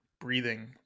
breathing